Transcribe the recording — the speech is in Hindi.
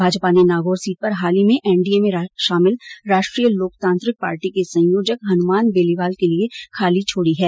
भाजपा ने नागौर सीट हाल ही में एनडीए में शामिल राष्ट्रीय लोकतांत्रिक पार्टी के संयोजक हनुमान बेनीवाल के लिये खाली छोड़ी है